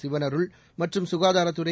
சிவனருள் மற்றும் சுகாதாரத்துறை